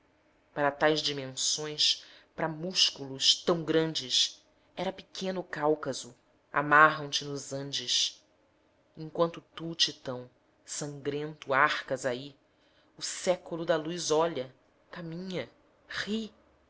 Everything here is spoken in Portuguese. para tais dimensões pra músculos tão grandes era pequeno o cáucaso amarram te nos andes e enquanto tu titão sangrento arcas aí o século da luz olha caminha ri